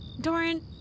Doran